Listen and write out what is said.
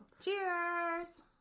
Cheers